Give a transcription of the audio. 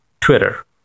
Twitter